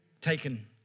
taken